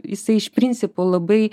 jisai iš principo labai